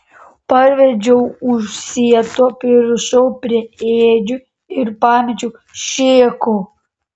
parvedžiau už sieto pririšau prie ėdžių ir pamečiau šėko